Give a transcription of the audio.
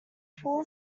pull